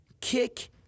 Kick